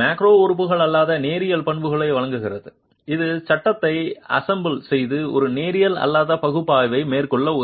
macro உறுப்பு அல்லாத நேரியல் பண்புகளை வழங்குகிறது இது சட்டகத்தை அசெம்பிள் செய்து ஒரு நேரியல் அல்லாத பகுப்பாய்வை மேற்கொள்ள உதவும்